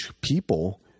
people